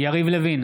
יריב לוין,